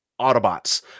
Autobots